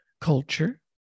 culture